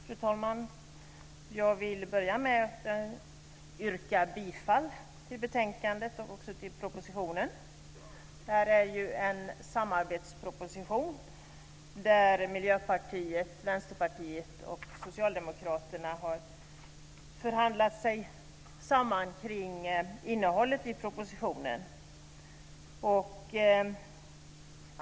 Fru talman! Jag börjar med att yrka bifall till utskottets förslag i betänkandet och till propositionen - Vänsterpartiet och Socialdemokraterna förhandlat sig samman om.